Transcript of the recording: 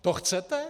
To chcete?